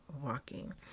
walking